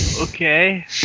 Okay